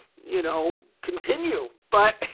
you know, continue but